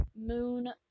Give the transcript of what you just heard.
Moon